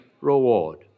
reward